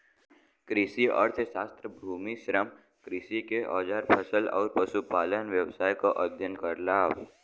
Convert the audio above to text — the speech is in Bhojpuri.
कृषि अर्थशास्त्र भूमि, श्रम, कृषि के औजार फसल आउर पशुपालन व्यवसाय क अध्ययन करला